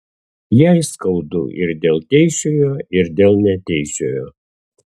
jai skaudu ir dėl teisiojo ir dėl neteisiojo